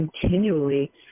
continually